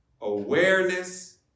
Awareness